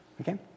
okay